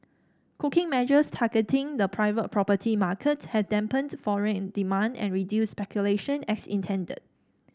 cooking measures targeting the private property market have dampened foreign demand and reduced speculation as intended